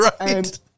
right